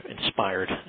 inspired –